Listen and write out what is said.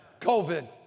COVID